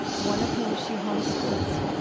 one of whom she homeschools.